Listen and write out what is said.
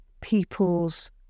people's